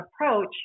approach